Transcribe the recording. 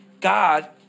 God